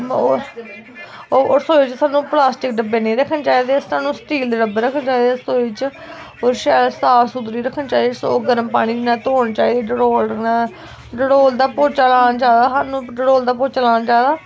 रसोई च सानू प्लास्टिक दे डब्बे नेईं रक्खने चाहिदा सानू स्टील दे डब्बे रक्खने चाहिदे रसोई च फिर शैल साफ सुथरी रक्खनी चाहिदी रसोऽ गर्म पानी ने धोनी चाहिदी डटोल कन्नै डटोल दा पोच्चा लाना चाहिदा सानू डटोल दा पोच्चा लाना चाहिदा